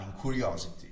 curiosity